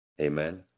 Amen